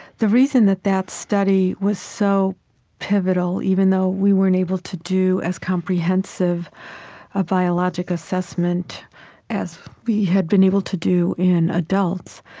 the reason that that study was so pivotal, even though we weren't able to do as comprehensive a biologic assessment as we had been able to do in adults,